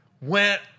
went